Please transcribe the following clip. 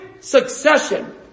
succession